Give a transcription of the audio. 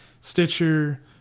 Stitcher